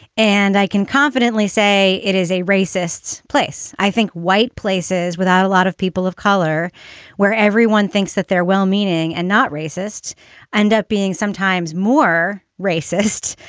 and i can confidently say it is a racist place. i think white places without a lot of people of color where everyone thinks that they're well-meaning and not racist end up being sometimes more racist.